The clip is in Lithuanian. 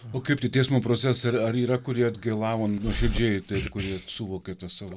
o kaip tie teismo procesai ar yra kurie atgailavo nuoširdžiai taip kurie suvokė tą savo